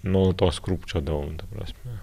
nuolatos krūpčiodavau ta prasme